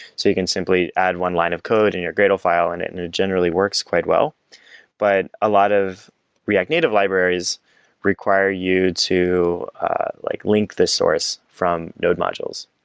so you can simply add one line of code in your gradle file and it and generally works quite well but a lot of react native libraries require you to like link this source from node modules.